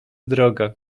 droga